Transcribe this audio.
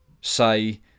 say